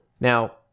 now